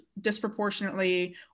disproportionately